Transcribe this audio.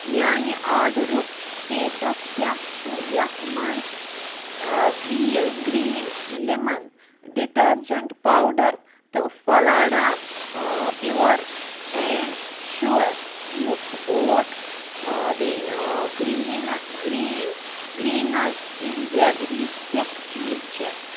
میٛانہِ آرڈرُک سِٹیٹَس کیٛاہ چھُ یتھ مَنٛز a wheel green lemon detergent powder تہٕ فَلاڈا پیٛوٗوَر اینٛڈ شوٗوَر مُتھ اوٹ بیٚیہِ گرٛیٖن نہَ گریٖن گریٖنس اِنجیٚگری پھیٚکھ چیٖز چھِ